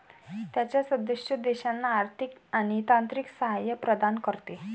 त्याच्या सदस्य देशांना आर्थिक आणि तांत्रिक सहाय्य प्रदान करते